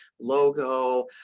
logo